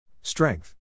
Strength